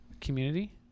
community